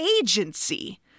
agency